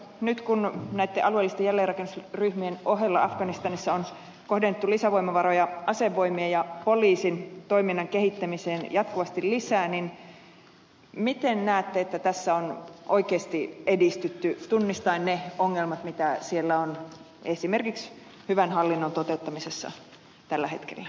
nyt kun näitten alueellisten jälleenrakennusryhmien ohella afganistanissa on kohdennettu lisävoimavaroja asevoimien ja poliisin toiminnan kehittämiseen jatkuvasti lisää niin miten näette että tässä on oikeasti edistytty tunnistaen ne ongelmat mitä siellä on esimerkiksi hyvän hallinnon toteuttamisessa tällä hetkellä